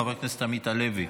חבר הכנסת עמית הלוי,